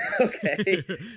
Okay